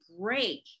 break